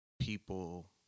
people